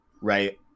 Right